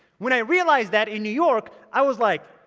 when i realized that in new york, i was like,